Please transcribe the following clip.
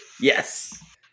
yes